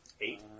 Eight